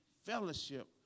Fellowship